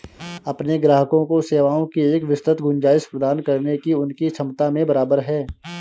अपने ग्राहकों को सेवाओं की एक विस्तृत गुंजाइश प्रदान करने की उनकी क्षमता में बराबर है